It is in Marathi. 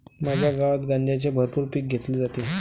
माझ्या गावात गांजाचे भरपूर पीक घेतले जाते